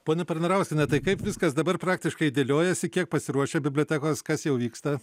ponia parnarauskiene tai kaip viskas dabar praktiškai dėliojasi kiek pasiruošę bibliotekos kas jau vyksta